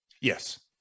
Yes